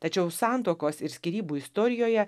tačiau santuokos ir skyrybų istorijoje